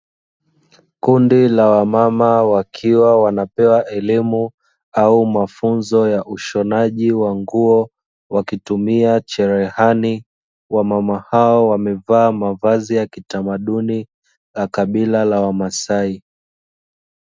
Kundi la wamama wakiwa wanapewa elimu au mafunzo ya ushonaji wa nguo wakitumia cherehani, wamama hao wamevaaa mavazi ya kitamaduni la kabila la wamasai.